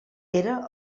era